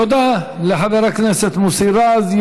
תודה לחבר הכנסת מוסי רז.